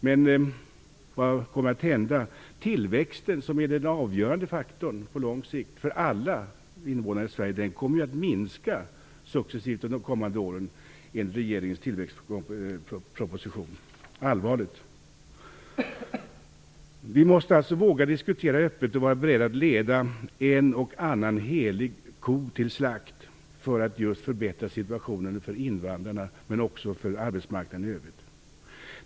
Men vad kommer att hända? Tillväxten, som är den avgörande faktorn på lång sikt för alla invånare i Sverige, kommer att minska successivt under de kommande åren enligt regeringens tillväxtproposition. Det är allvarligt. Vi måste alltså våga att diskutera öppet och vara beredd att leda en och annan helig ko till slakt för att förbättra situationen för invandrarna, och även för arbetsmarknaden i övrigt.